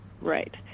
Right